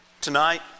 Tonight